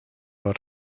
war